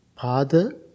father